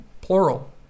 Plural